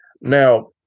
now